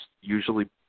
usually